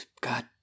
God